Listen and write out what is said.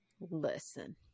listen